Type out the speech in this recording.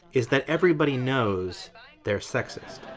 is that everybody knows they're sexist.